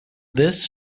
this